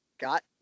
got